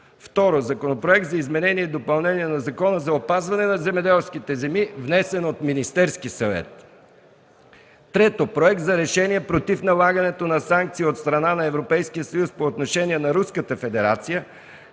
2. Законопроект за изменение и допълнение на Закона за опазване на земеделските земи, внесен от Министерския съвет. 3. Проект на решение против налагането на санкции от страна на Европейския съюз по отношение на Руската федерация,